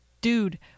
dude